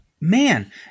man